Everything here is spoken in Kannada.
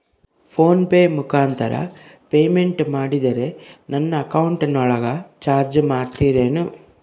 ಫೋನ್ ಪೆ ಮುಖಾಂತರ ಪೇಮೆಂಟ್ ಮಾಡಿದರೆ ನನ್ನ ಅಕೌಂಟಿನೊಳಗ ಚಾರ್ಜ್ ಮಾಡ್ತಿರೇನು?